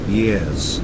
years